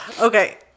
Okay